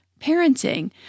parenting